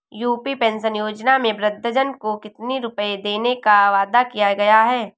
UP pension योजना में वृद्धजन को कितनी रूपये देने का वादा किया गया है?